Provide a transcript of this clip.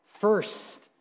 first